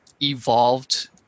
evolved